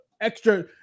extra